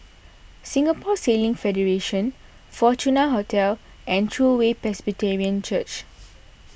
Singapore Sailing Federation Fortuna Hotel and True Way Presbyterian Church